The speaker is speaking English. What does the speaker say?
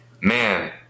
man